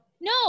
no